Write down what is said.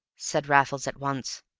said raffles at once.